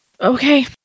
Okay